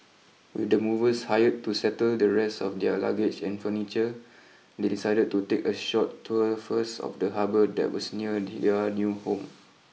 with the movers hired to settle the rest of their luggage and furniture they decided to take a short tour first of the harbour that was near their new home